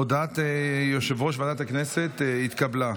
הודעת יושב-ראש ועדת הכנסת התקבלה.